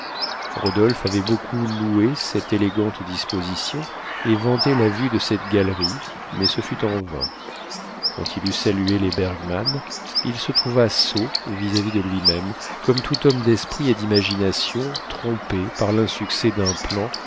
rodolphe avait beaucoup loué cette élégante disposition et vanté la vue de cette galerie mais ce fut en vain quand il eut salué les bergmann il se trouva sot vis-à-vis de lui-même comme tout homme d'esprit et d'imagination trompé par l'insuccès d'un plan